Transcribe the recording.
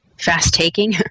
fast-taking